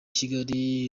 kigali